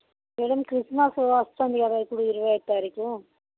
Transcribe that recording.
madam Christmas వస్తుంది కదా ఇప్పుడు ఇరవై ఐదవ తారీకు